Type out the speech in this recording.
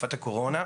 בתקופת הקורונה.